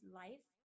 life